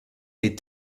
des